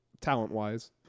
talent-wise